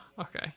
Okay